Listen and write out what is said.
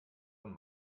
von